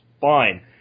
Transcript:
fine